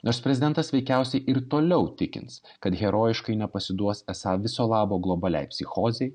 nors prezidentas veikiausiai ir toliau tikins kad herojiškai nepasiduos esą viso labo globaliai psichozei